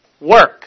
work